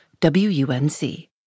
WUNC